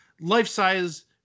life-size